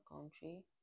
country